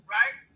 right